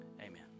Amen